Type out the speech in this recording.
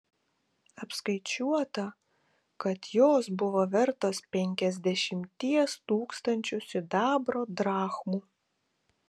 apskaičiuota kad jos buvo vertos penkiasdešimties tūkstančių sidabro drachmų